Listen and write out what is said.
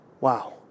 Wow